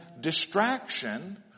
distraction